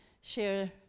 share